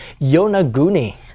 Yonaguni